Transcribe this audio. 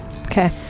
okay